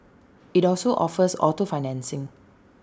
IT also offers auto financing